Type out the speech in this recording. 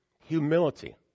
Humility